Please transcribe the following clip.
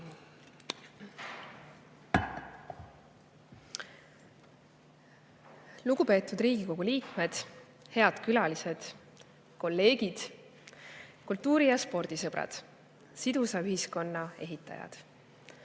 Lugupeetud Riigikogu liikmed! Head külalised, kolleegid, kultuuri- ja spordisõbrad, sidusa ühiskonna ehitajad!